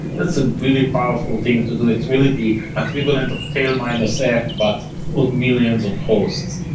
that's a really powerful thing to do. it's really the equivalent of tail minus f, but on millions of hosts.